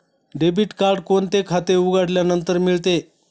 Debit card कोणते खाते उघडल्यानंतर मिळते?